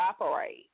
operate